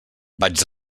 vaig